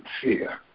fear